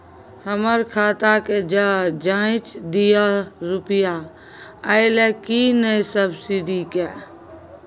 हमर खाता के ज जॉंच दियो रुपिया अइलै की नय सब्सिडी के?